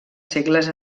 segles